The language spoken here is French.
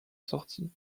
sortie